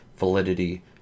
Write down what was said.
validity